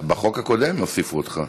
בחוק הקודם הוסיפו אותך.